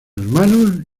hermanos